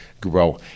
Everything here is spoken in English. grow